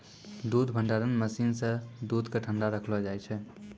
दूध भंडारण मसीन सें दूध क ठंडा रखलो जाय छै